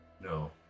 no